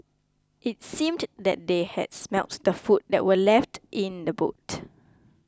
it seemed that they had smelt the food that were left in the boot